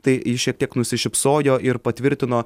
tai ji šiek tiek nusišypsojo ir patvirtino